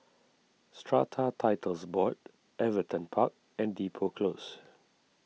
Strata Titles Board Everton Park and Depot Close